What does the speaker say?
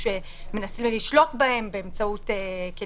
כמובן שמצופה מהקואליציה לבוא מתואמת יותר